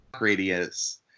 radius